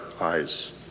eyes